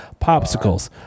Popsicles